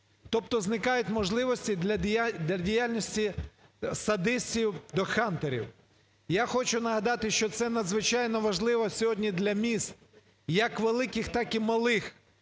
тобто зникають можливості для діяльності садистів та хантерів. Я хочу нагадати, що це надзвичайно важливо сьогодні для міст, як великих, так і малих,